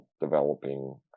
developing